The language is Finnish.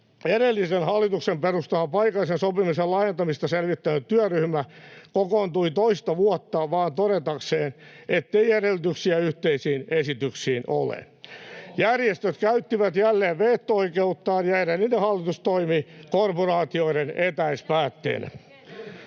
edellisen hallituksen perustama paikallisen sopimisen laajentamista selvittänyt työryhmä kokoontui toista vuotta vain todetakseen, ettei edellytyksiä yhteisiin esityksiin ole. Järjestöt käyttivät jälleen veto-oikeuttaan, ja edellinen hallitus toimi ”korporaatioiden etäispäätteenä”.